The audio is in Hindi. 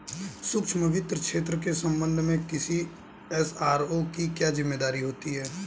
सूक्ष्म वित्त क्षेत्र के संबंध में किसी एस.आर.ओ की क्या जिम्मेदारी होती है?